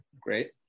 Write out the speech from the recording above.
Great